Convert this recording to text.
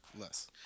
Less